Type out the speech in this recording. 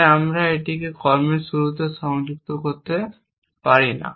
তাই আমরা এটিকে কর্মের শুরুতে সংযুক্ত করতে পারি না